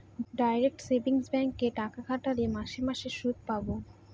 direct savings ব্যাঙ্কে টাকা খাটোল মাস মাস সুদ পাবো